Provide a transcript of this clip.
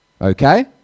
Okay